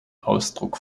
ausdruck